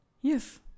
Yes